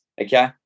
okay